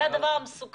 יש פה דבר מסוכן.